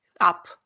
up